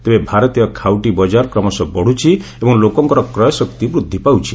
ତେବେ ଭାରତୀୟ ଖାଉଟି ବଜାରର କ୍ରମଶଃ ବଢୁଛି ଏବଂ ଲୋକଙ୍କର କ୍ରୟଶକ୍ତି ବୃଦ୍ଧି ପାଉଛି